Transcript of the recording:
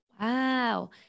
Wow